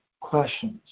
questions